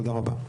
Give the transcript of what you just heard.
תודה רבה.